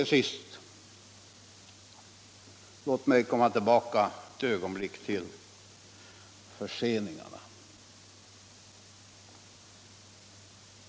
Låt mig till sist komma tillbaka ett ögonblick till förseningarna.